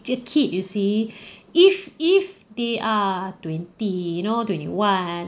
a kid you see if if they are twenty you know twenty one